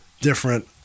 different